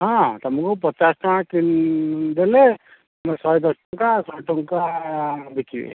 ହଁ ତୁମକୁ ପଚାଶ ଟଙ୍କା କି ଦେଲେ ତୁମେ ଶହେଦଶ ଟଙ୍କା ଶହେ ଟଙ୍କା ବିକିବେ